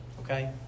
Okay